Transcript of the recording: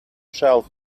shelf